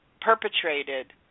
perpetrated